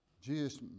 Jesus